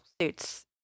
suits